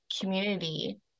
community